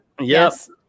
Yes